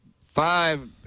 five